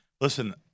listen